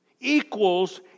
equals